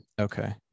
Okay